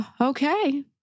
Okay